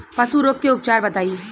पशु रोग के उपचार बताई?